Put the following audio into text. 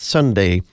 Sunday